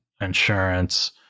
insurance